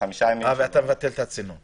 ומבטלים את הצינון.